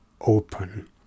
open